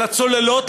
על הצוללות,